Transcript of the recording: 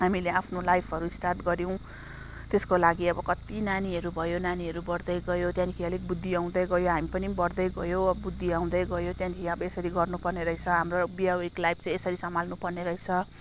हामीले आफ्नो लाइफहरू स्टार्ट गऱ्यौँ त्यसको लागि अब कति नानीहरू भयो नानीहरू बढ्दै गयो त्यहाँदेखि अलिक बुद्धि आउँदै गयो हामी पनि बढ्दै गयो बुद्धि आउँदै गयो त्यहाँदेखि अब यसरी गर्नु पर्ने रहेछ हाम्रो वैवाहिक लाइफ चाहिँ यसरी सम्हाल्नु पर्ने रहेछ